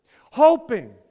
Hoping